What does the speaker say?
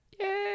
Yay